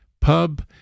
Pub